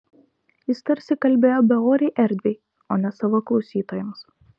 jis tarsi kalbėjo beorei erdvei o ne savo klausytojams